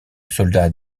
soldat